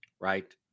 right